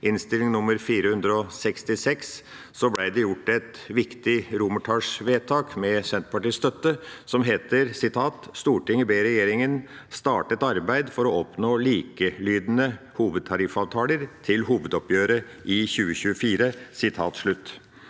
S for 2021–2022, ble det gjort et viktig romertallsvedtak med Senterpartiets støtte, som heter: «Stortinget ber regjeringen starte et arbeid for å oppnå likelydende hovedtariffavtaler til hovedoppgjøret i 2024.»